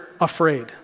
afraid